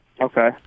Okay